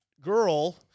girl